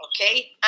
okay